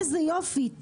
איזה יופי,